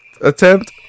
attempt